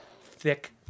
thick